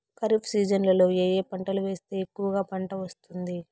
ఖరీఫ్ సీజన్లలో ఏ ఏ పంటలు వేస్తే ఎక్కువగా పంట వస్తుంది?